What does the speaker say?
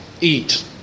eat